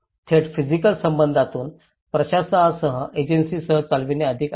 थेट फिजिकल संबंधांपासून प्रशासनासह एजन्सीसह चालणे अधिक आहे